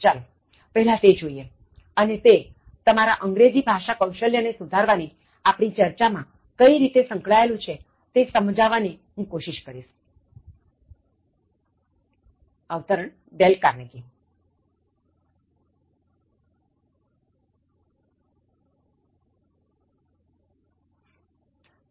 ચાલોપહેલા તે જોઇએઅને તે તમારા અંગ્રેજી ભાષા કૌશલ્ય ને સુધારવાની આપણી ચર્ચા માં કઇ રીતે સંકળાયેલું છે તે સમજાવીશ